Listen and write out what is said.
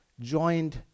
joined